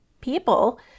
people